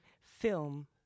film